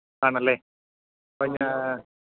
ആണല്ലേ അപ്പം ഞാൻ